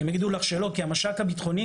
הם יגידו שלך שלא כי המש"ק הביטחוני,